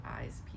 eyes